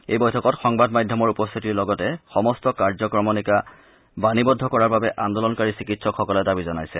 এই বৈঠকত সংবাদ মাধ্যমৰ উপস্থিতিৰ লগতে সমস্ত কাৰ্যক্ৰমণিকা বাণীবদ্ধ কৰাৰ বাবে আন্দোলনকাৰী চিকিৎসকসকলে দাবী জনাইছে